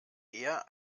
eher